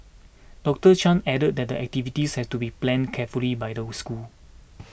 Doctor Chan added that the activities have to be planned carefully by the schools